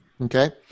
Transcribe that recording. Okay